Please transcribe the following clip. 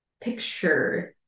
picture